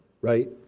right